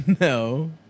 No